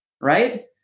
right